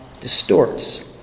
distorts